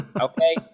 Okay